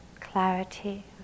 clarity